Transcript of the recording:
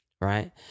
right